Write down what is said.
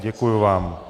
Děkuji vám